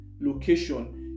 location